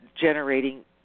generating